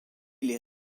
les